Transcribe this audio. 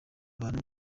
abantu